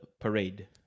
parade